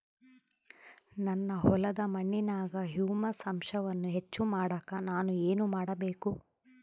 ನನ್ನ ಹೊಲದ ಮಣ್ಣಿನಾಗ ಹ್ಯೂಮಸ್ ಅಂಶವನ್ನ ಹೆಚ್ಚು ಮಾಡಾಕ ನಾನು ಏನು ಮಾಡಬೇಕು?